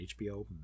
hbo